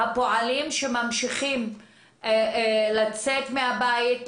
הפועלים שממשיכים לצאת מהבית,